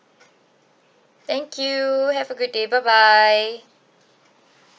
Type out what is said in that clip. thank you have a good day bye bye